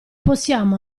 possiamo